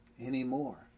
anymore